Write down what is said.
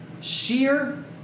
Sheer